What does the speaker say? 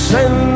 Send